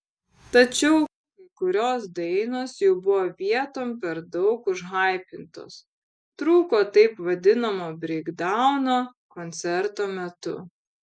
tačiau kai kurios dainos jau buvo vietom per daug užhaipintos trūko taip vadinamo breikdauno koncerto metu